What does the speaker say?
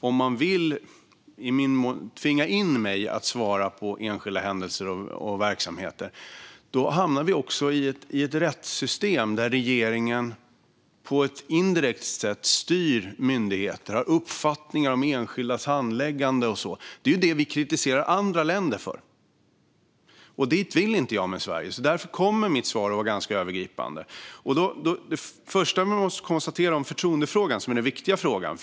Om man vill tvinga mig att svara om enskilda händelser och enskilda verksamheter hamnar vi i ett rättssystem där regeringen på ett indirekt sätt styr myndigheter och har uppfattningar om ärendens handläggning och så vidare. Det är ju sådant vi kritiserar andra länder för. Dit vill jag inte med Sverige, och därför kommer mitt svar att vara ganska övergripande. Förtroendefrågan är den viktiga frågan.